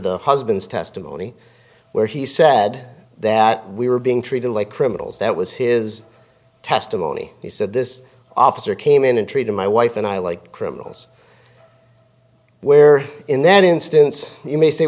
the husband's testimony where he said that we were being treated like criminals that was his testimony he said this officer came in and treated my wife and i like criminals where in that instance you may say